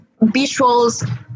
visuals